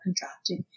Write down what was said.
contracted